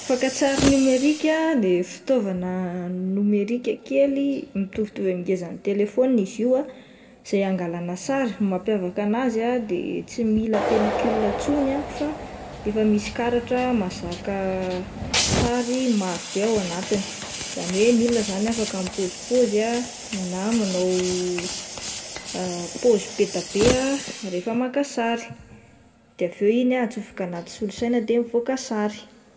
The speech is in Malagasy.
Fakan-tsary nomerika dia fitaovana nomerika kely mitovitovy angeza amin'ny telefona izy io zay angalana sary, ny mampiavaka anazy ah de tsy mila pellicule intsony ah fa efa misy karatra mahazaka sary maro be ao anatiny izany hoe ny olona izany ah afaka mipôzipôzy ah na manao pôzy be dia be ah rehefa maka sary de avy eo iny ah atsofoka anaty solosaina de mivoaka sary.